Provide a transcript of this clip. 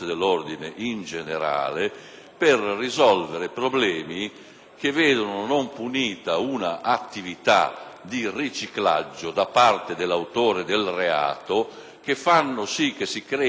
che vedono non punita un'attività di riciclaggio da parte dell'autore del reato. Ciò fa sì che si creino delle zone d'ombra che non permettono di perseguire i